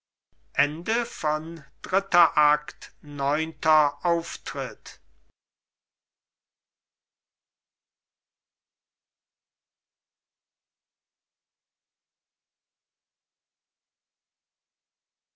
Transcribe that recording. ab neunter auftritt